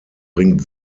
bringt